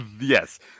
Yes